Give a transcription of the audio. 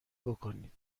بکنید